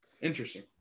interesting